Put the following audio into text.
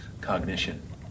cognition